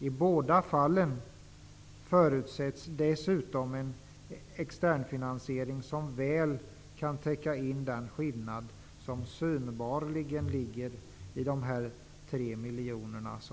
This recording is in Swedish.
I båda fallen förutsätts dessutom en externfinansiering, som väl kan täcka in det som synbarligen skiljer förslagen åt -- 3 miljoner.